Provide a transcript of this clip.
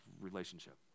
relationship